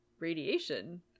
radiation